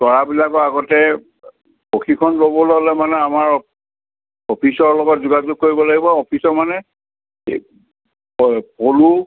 কৰাবিলাকৰ আগতে প্ৰশিক্ষণ ল'বলৈ হ'লে মানে আমাৰ অফিচৰ লগত যোগাযোগ কৰিব লাগিব অফিচৰ মানে প পলু